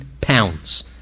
pounds